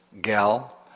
gal